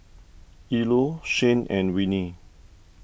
Ilo Shane and Winnie